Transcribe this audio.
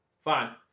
Fine